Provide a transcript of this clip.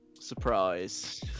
surprise